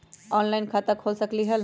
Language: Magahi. ऑनलाइन खाता खोल सकलीह?